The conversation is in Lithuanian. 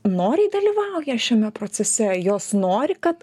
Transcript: noriai dalyvauja šiame procese jos nori kad